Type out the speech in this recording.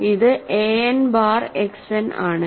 ഇത് an bar X n ആണ്